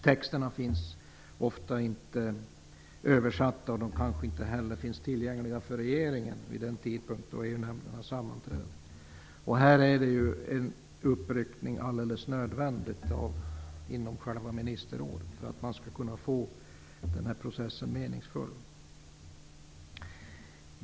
Texterna finns ofta inte översatta, och de kanske inte heller finns tillgängliga för regeringen vid den tidpunkt då EU-nämnden har sammanträde. Här är det alldeles nödvändigt med en uppryckning inom ministerrådet för att den här processen skall bli meningsfull.